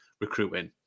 recruiting